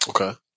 Okay